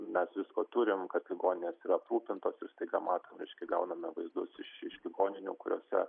mes visko turim kad ligoninės aprūpintos ir staiga matom reiškia gauname vaizdus iš iš ligoninių kuriose